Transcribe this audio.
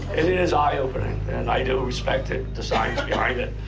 it it is eye-opening, and i do respect it, the science behind it.